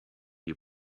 you